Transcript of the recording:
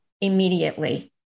immediately